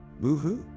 Boo-hoo